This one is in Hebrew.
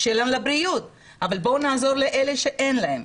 שיהיה לו לבריאות אבל בואו נעזור לאלה שאין להם.